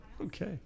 Okay